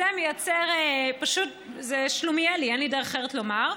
זה שלומיאלי, אין לי דרך אחרת לומר.